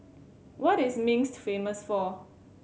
what is Minsk famous for